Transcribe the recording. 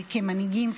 כמנהיגים,